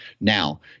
Now